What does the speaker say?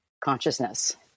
Consciousness